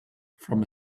from